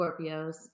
Scorpios